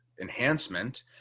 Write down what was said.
enhancement